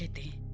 the